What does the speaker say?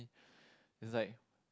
it's like